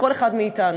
כל אחד מאתנו,